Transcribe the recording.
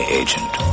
agent